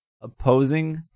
opposing